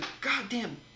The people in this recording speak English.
goddamn